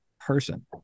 person